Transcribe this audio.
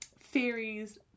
theories